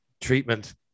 treatment